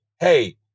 hey